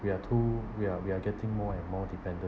we are too we are we are getting more and more dependent